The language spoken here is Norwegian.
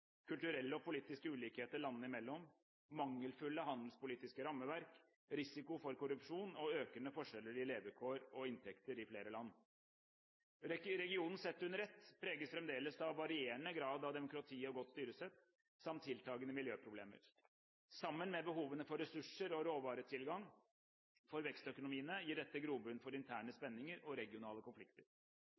kulturelle og politiske ulikheter landene imellom, mangelfulle handelspolitiske rammeverk, risiko for korrupsjon og økende forskjeller i levekår og inntekter i flere land. Regionen sett under ett preges fremdeles av varierende grad av demokrati og godt styresett samt tiltagende miljøproblemer. Sammen med behovene for ressurser og råvaretilgang for vekstøkonomiene gir dette grobunn for interne spenninger og regionale konflikter.